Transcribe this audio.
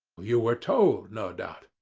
you were told, no doubt.